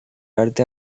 arte